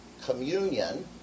communion